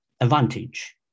advantage